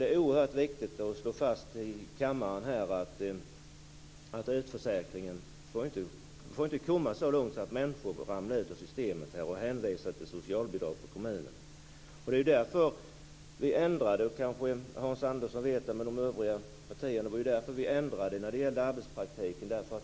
Det är oerhört viktigt att slå fast i kammaren att utförsäkringen inte får komma så långt att människor ramlar ut ur systemet och hänvisas till socialbidrag från kommunen. Hans Andersson och de övriga partierna vet att vi ändrade i fråga om arbetspraktiken.